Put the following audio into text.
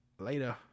Later